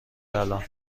الان